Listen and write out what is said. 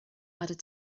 added